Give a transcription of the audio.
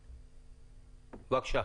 בבקשה.